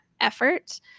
effort